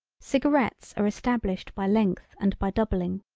cigarettes are established by length and by doubling.